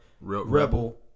Rebel